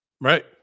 Right